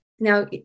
Now